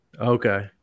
Okay